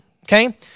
Okay